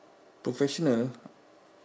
professional